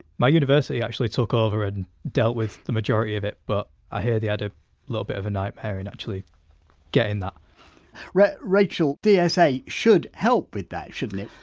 my university actually took over and dealt with the majority of it but i hear they had a little bit of a nightmare in actually getting that rachel, dsa should help with that shouldn't it?